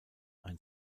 ein